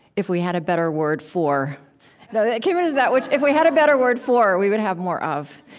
if we had a better word for you know yeah ecumenism and is that which if we had a better word for, we would have more of.